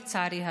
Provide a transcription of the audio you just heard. לצערי הרב,